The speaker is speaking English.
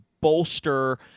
bolster